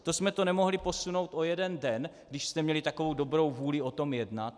To jsme to nemohli posunout o jeden den, když jste měli takovou dobrou vůli o tom jednat?